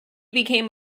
became